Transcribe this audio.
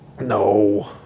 No